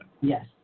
Yes